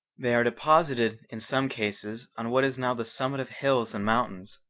they are deposited in some cases on what is now the summit of hills and mountains,